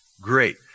great